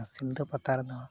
ᱥᱤᱞᱫᱟᱹ ᱯᱟᱛᱟ ᱨᱮᱫᱚ